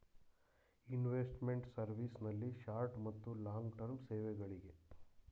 investment service ನಲ್ಲಿ short ಮತ್ತು long term ಸೇವೆಗಳಿಗೆ